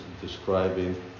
describing